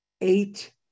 eight